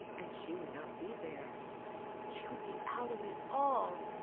and she would not be there she would be out of it all.